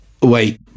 wait